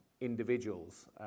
individuals